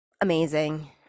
amazing